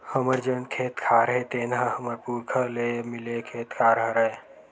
हमर जेन खेत खार हे तेन ह हमर पुरखा ले मिले खेत खार हरय